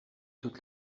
toute